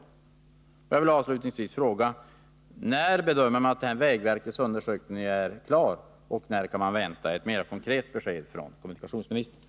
Avslutningsvis vill jag fråga: När bedöms vägverkets undersökning vara klar, och när kan man vänta ett mer konkret besked av kommunikationsministern?